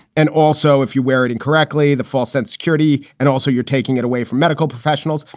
and also, if you wear it incorrectly, the false sense, security, and also you're taking it away from medical professionals.